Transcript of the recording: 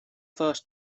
first